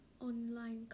online